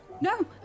No